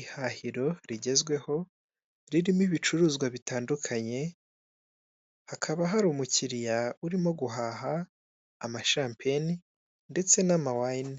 Ihahiro rigezweho, ririmo ibicuruzwa bitandukanye, hakaba hari umukiliya urimo guhaha, amashampeni, ndetse n'amawayine,